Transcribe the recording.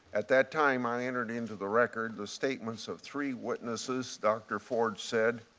at that time, i entered into the record the statements of three witnesses, dr. ford said,